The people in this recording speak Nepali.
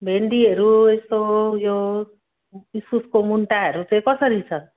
भिन्डीहरू यस्तो यो इस्कुसको मुन्टाहरू चाहिँ कसरी छ